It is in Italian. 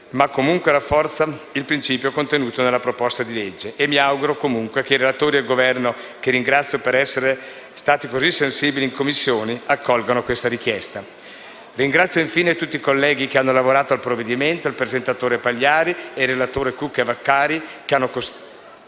ma comunque rafforza il principio contenuto nella proposta di legge e mi auguro comunque che il relatore e il Governo, che ringrazio per essere stati così sensibili in Commissione, accolgano questa richiesta. Ringrazio infine tutti colleghi che hanno lavorato al provvedimento, il presentatore Pagliari, i relatori Cucca e Vaccari, e che hanno portato